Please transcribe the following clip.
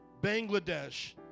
Bangladesh